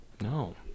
No